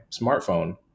smartphone